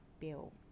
bill